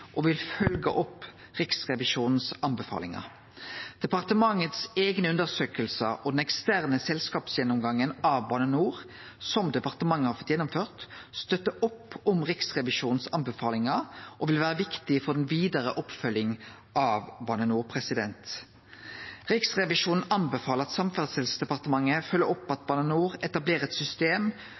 og vil følgje opp Riksrevisjonens anbefalingar. Departementets eigne undersøkingar og den eksterne selskapsgjennomgangen av Bane NOR som departementet har fått gjennomført, støttar opp om Riksrevisjonens anbefalingar og vil vere viktige for den vidare oppfølginga av Bane NOR. Riksrevisjonen anbefaler Samferdselsdepartementet å følgje opp at Bane NOR etablerer eit system